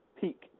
peak